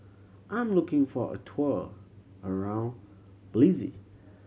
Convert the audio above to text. I am looking for a tour around Belize